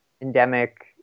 endemic